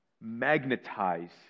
magnetize